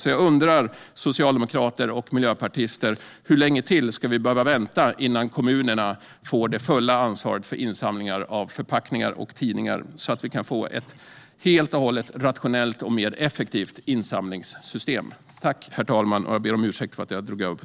Därför undrar jag, socialdemokrater och miljöpartister: Hur länge till ska vi behöva vänta innan kommunerna får det fulla ansvaret för insamling av förpackningar och tidningar så att vi kan få ett helt och hållet rationellt och mer effektivt insamlingssystem?